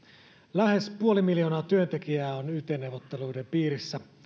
lähes puoli miljoonaa työntekijää on yt neuvotteluiden piirissä